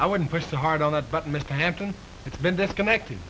i wouldn't push too hard on that but mr hampton it's been disconnected